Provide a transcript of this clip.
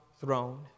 throne